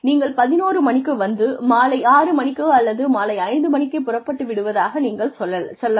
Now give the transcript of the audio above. நீங்கள் பதினொரு மணிக்கு வந்து மாலை ஆறு மணிக்கு அல்லது மாலை ஐந்து மணிக்கே புறப்பட்டு விடுவதாக நீங்கள் சொல்லலாம்